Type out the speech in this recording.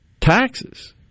taxes